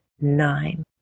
nine